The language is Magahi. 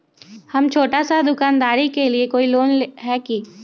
हम छोटा सा दुकानदारी के लिए कोई लोन है कि?